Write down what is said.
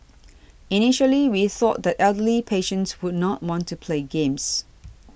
initially we thought that elderly patients would not want to play games